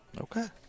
Okay